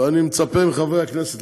אני מצפה מחברי הכנסת,